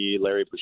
Larry